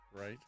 Right